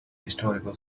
historical